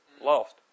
Lost